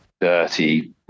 dirty